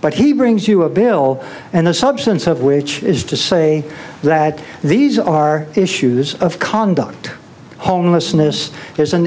but he brings you a bill and the substance of which is to say that these are issues of conduct homelessness is an